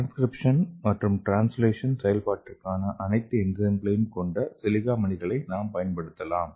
transcription மற்றும் translation செயல்பாட்டிற்கான அனைத்து என்சைம்களையும் கொண்ட சிலிக்கா மணிகளை நாம் பயன்படுத்தலாம்